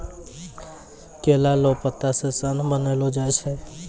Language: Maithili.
केला लो पत्ता से सन बनैलो जाय छै